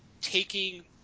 taking